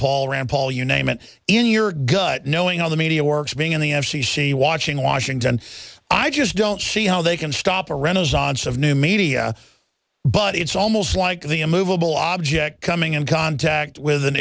paul rand paul your name and in your gut knowing all the media works being in the f c c watching washington i just don't see how they can stop a renaissance of new media but it's almost like the a movable object coming in contact with an